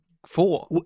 Four